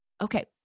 okay